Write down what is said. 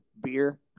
beer